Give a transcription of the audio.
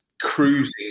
cruising